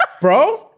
bro